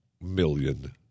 million